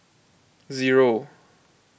zero